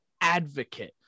advocate